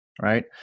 Right